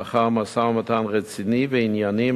לאחר משא-ומתן רציני וענייני,